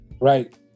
right